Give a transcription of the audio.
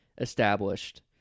established